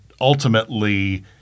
ultimately